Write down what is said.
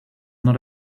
not